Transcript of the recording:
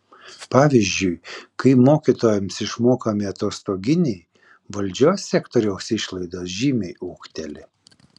pavyzdžiui kai mokytojams išmokami atostoginiai valdžios sektoriaus išlaidos žymiai ūgteli